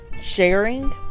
sharing